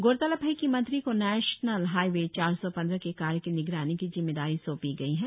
गौरतलब है कि मंत्री को नेशनल हाईवे चार सौ पंद्रह के कार्य की निगरानी की जिम्मेदारी सौंपी गई है